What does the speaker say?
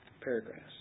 paragraphs